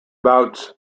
bouts